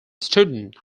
student